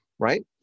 Right